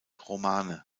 romane